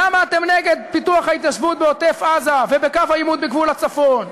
למה אתם נגד פיתוח ההתיישבות בעוטף-עזה ובקו העימות בגבול הצפון.